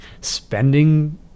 spending